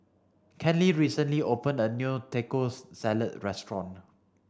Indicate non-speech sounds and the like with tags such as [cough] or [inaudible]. Kenley recently opened a new Taco [unintelligible] Salad restaurant